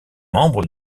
membre